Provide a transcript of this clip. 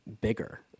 bigger